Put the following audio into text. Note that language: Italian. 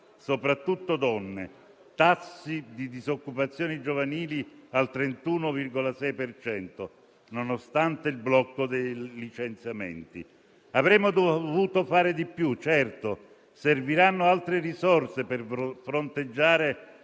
ieri dall'Istat; tassi di disoccupazione giovanili al 31,6 per cento, nonostante il blocco dei licenziamenti. Avremmo dovuto fare di più, certo. Serviranno altre risorse per fronteggiare